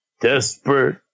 Desperate